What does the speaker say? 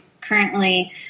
currently